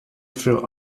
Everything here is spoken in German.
für